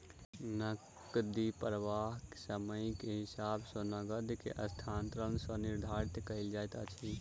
नकदी प्रवाह समय के हिसाब सॅ नकद के स्थानांतरण सॅ निर्धारित कयल जाइत अछि